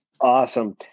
Awesome